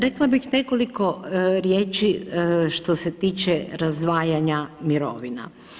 Rekla bih nekoliko riječi što se tiče razdvajanja mirovina.